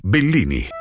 Bellini